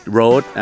road